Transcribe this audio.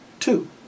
two